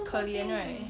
可怜 right